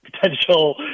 potential